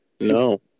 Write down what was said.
No